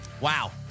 Wow